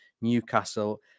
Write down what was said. Newcastle